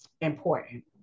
important